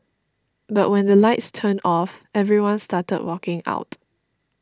but when the lights turned off everyone started walking out